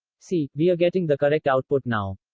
see, we are getting the correct output now.